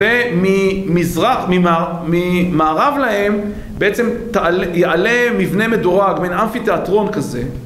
וממערב להם, בעצם יעלה מבנה מדורג, מן אמפיתיאטרון כזה